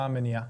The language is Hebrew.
מה המניע?